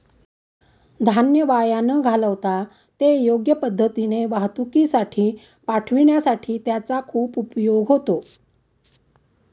धान्य वाया न घालवता ते योग्य पद्धतीने वाहतुकीसाठी पाठविण्यासाठी त्याचा खूप उपयोग होतो